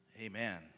Amen